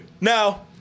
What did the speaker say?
Now